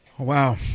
Wow